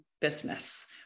business